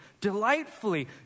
delightfully